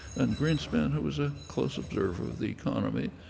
and greenspan, who was a close observer of the economy,